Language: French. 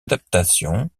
adaptation